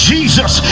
Jesus